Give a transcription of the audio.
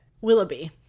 Willoughby